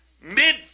mid